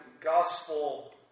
gospel